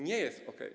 Nie jest okej.